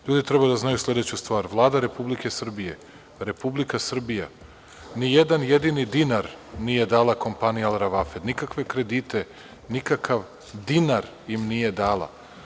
Ljudi treba da znaju sledeću stvar, Vlada Republike Srbije, Republika Srbija nijedan jedini dinar nije dala kompaniji „Alva alfred“, nikakve kredite, nikakav dinar im nije dala.